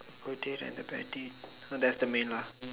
hotel and the bandit so that's the main lah